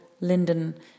Linden